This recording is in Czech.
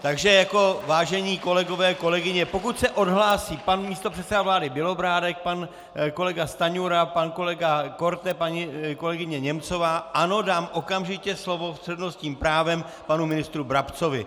Takže vážení kolegové, kolegyně, pokud se odhlásí pan místopředseda vlády Bělobrádek, pan kolega Stanjura, pan kolega Korte, paní kolegyně Němcová, ano, dám okamžitě slovo s přednostním právem panu ministru Brabcovi.